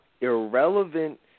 irrelevant